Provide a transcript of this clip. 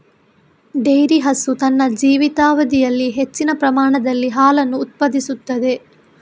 dairy ಹಸು ತನ್ನ ಜೀವಿತಾವಧಿಯಲ್ಲಿ ಹೆಚ್ಚಿನ ಪ್ರಮಾಣದಲ್ಲಿ ಹಾಲನ್ನು ಉತ್ಪಾದಿಸುತ್ತದೆ